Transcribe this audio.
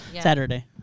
Saturday